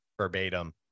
verbatim